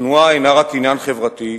התנועה אינה רק עניין חברתי,